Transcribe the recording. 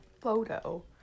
photo